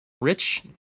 rich